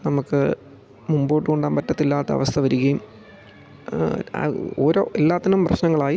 നമുക്ക് മുമ്പോട്ടു കൊണ്ടുപോകാൻ പറ്റത്തില്ലാത്ത അവസ്ഥ വരികയും ഓരോ എല്ലാത്തിനും പ്രശ്നങ്ങളായി